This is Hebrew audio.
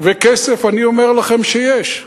וכסף אני אומר לכם שיש,